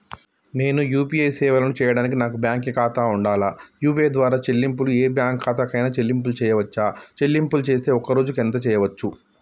నేను యూ.పీ.ఐ సేవలను చేయడానికి నాకు బ్యాంక్ ఖాతా ఉండాలా? యూ.పీ.ఐ ద్వారా చెల్లింపులు ఏ బ్యాంక్ ఖాతా కైనా చెల్లింపులు చేయవచ్చా? చెల్లింపులు చేస్తే ఒక్క రోజుకు ఎంత చేయవచ్చు?